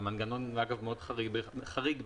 זה אגב מנגנון מאוד חריג בחקיקה.